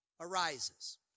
arises